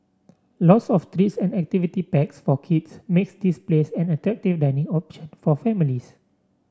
lots of treats and activity packs for kids makes this place an attractive dining option for families